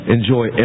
Enjoy